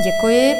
Děkuji.